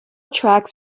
tracks